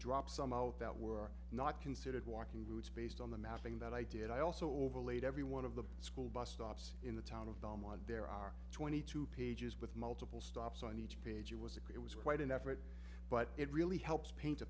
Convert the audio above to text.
drop some out that were not considered walking routes based on the mapping that i did i also overlaid every one of the school bus stops in the town of domme on there are twenty two pages with multiple stops on each page it was agree it was quite an effort but it really helps paint a